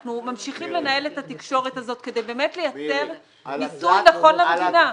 אנחנו ממשיכים לנהל את התקשורת הזאת כדי באמת לייצר ניטור נכון למדינה.